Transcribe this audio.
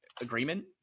agreement